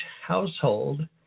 household